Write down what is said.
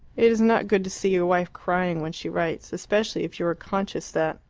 it is not good to see your wife crying when she writes especially if you are conscious that,